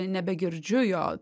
nebegirdžiu jo